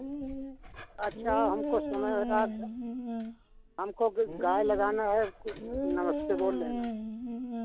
अच्छा हमको समय हो रहा था हमको ग गाय लगाना है नमस्ते बोल रहेन हम